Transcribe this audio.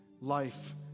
Life